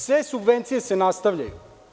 Sve subvencije se nastavljaju.